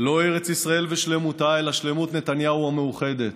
לא ארץ ישראל ושלמותה, אלא שלמות נתניהו המאוחדת.